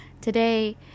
Today